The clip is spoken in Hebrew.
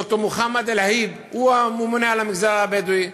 ד"ר מוחמד אלהיב, הוא הממונה על המגזר הבדואי.